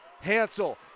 Hansel